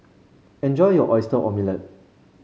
enjoy your Oyster Omelette